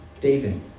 David